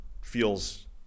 feels